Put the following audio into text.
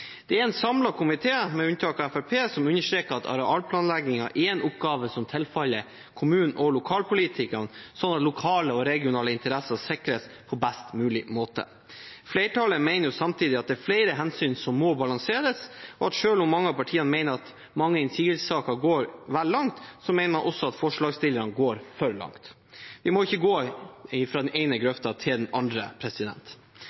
Det er en samlet komité, med unntak av Fremskrittspartiet, som understreker at arealplanleggingen er en oppgave som tilfaller kommunene og lokalpolitikerne, slik at lokale og regionale interesser sikres på best mulig måte. Flertallet mener samtidig at det er flere hensyn som må balanseres, og at selv om mange av partiene mener mange innsigelsessaker går vel langt, mener man også at forslagsstillerne går for langt. Vi må ikke gå fra den ene grøfta til den